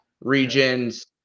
regions